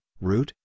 root